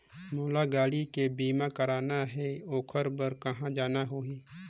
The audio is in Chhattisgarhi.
मोला गाड़ी के बीमा कराना हे ओकर बार कहा जाना होही?